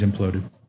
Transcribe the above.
imploded